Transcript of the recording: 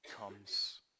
comes